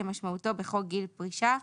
כמשמעותו בחוק גיל פרישה,